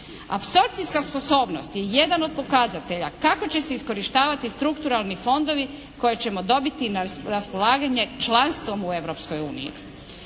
Apsorpcijska sposobnost je jedan od pokazatelja kako će se iskorištavati strukturalni fondovi koje ćemo dobiti na raspolaganje članstvom u